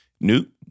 Newt